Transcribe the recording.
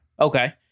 Okay